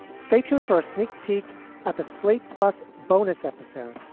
stay tuned for a sneak peek at the slate plus bonus episode,